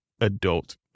adult